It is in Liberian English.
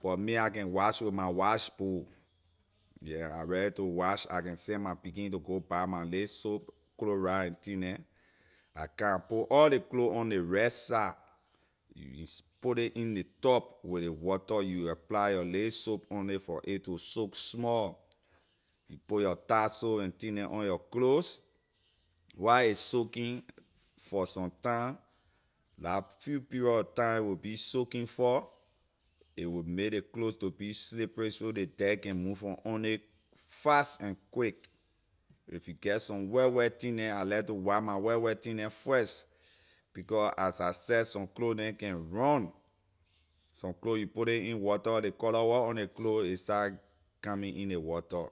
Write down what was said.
For me I can wash with my wash board yeah I ready to wash I can send my pekin to go buy my lil soap chloride and thing neh I kan I put all the clothes neh on ley red side you put ley in ley tub with ley water you apply your lil soap on ley for it to soak small you put your tie soap and thing neh on your clothes while a soaking for some time la few period of time a will be soaking for it will make ley clothes to be slippery so the dirt can move from on it fast and quick if you get some white white thing neh I like to wash my white white thing neh first becor as I said some clothes neh can run some clothes you put it in water ley color where on the clothes ley start coming in the water